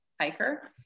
Hiker